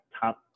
top